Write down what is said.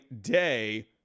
day